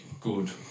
good